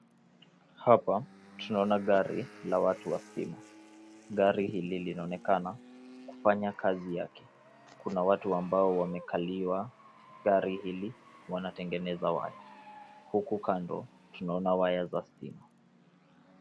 Hapa, tunaona gari la watu wa stima. Gari hili linaonekana kufanya kazi yake. Kuna watu ambao wamekalia gari hili wanatengeneza waya. Huku kando, tunaona waya za stima.